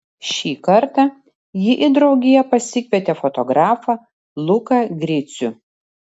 šį kartą ji į draugiją pasikvietė fotografą luką gricių